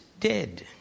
dead